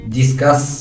discuss